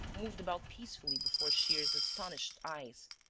moved about peacefully before shears's astonished eyes,